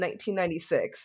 1996